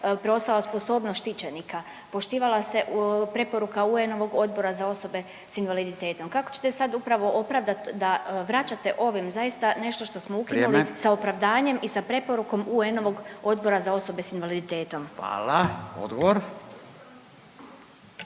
preostala sposobnost štićenika, poštivala se preporuka UN-ovog Odbora za osobe s invaliditetom. Kako ćete sad upravo opravdat da vraćate ovim zaista nešto što smo ukinuli …/Upadica Radin: Vrijeme./… sa opravdanjem i sa preporukom UN-ovog Odbora za osobe s invaliditetom. **Radin,